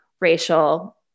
racial